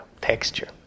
texture